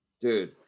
dude